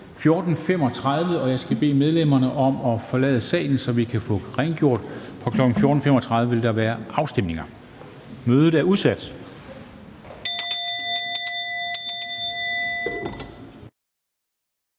14.35. Jeg skal bede medlemmerne om at forlade salen, så vi kan få rengjort, for kl. 14.35 vil der være afstemninger. Mødet er udsat.